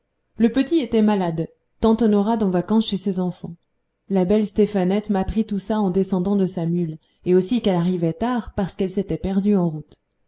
le petit était malade tante norade en vacances chez ses enfants la belle stéphanette m'apprit tout ça en descendant de sa mule et aussi qu'elle arrivait tard parce qu'elle s'était perdue en route